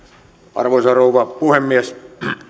arvoisa rouva puhemies